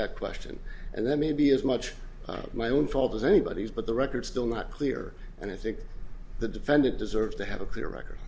that question and that maybe as much my own fault as anybody's but the record still not clear and i think the defendant deserves to have a clear record